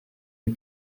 les